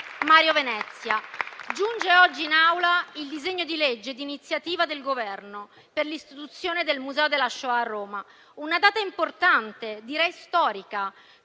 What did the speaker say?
Mario Venezia. Giunge oggi in Aula il disegno di legge di iniziativa del Governo per l'istituzione del Museo della Shoah a Roma. È una data importante, direi storica,